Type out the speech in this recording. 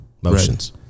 motions